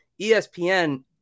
ESPN